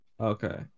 Okay